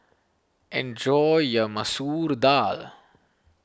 enjoy your Masoor Dal